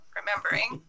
remembering